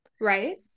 right